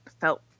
felt